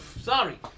Sorry